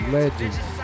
legends